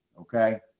okay